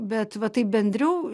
bet va taip bendriau